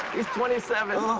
he's twenty seven.